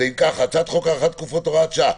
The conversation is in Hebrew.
הצעת חוק הארכת תקופות (הוראת שעה,